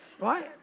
Right